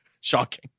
Shocking